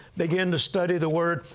began to study the word.